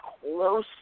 close